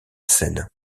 seine